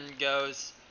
goes